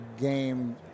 game